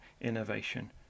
innovation